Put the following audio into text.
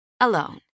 alone